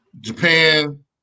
Japan